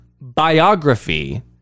biography